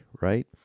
right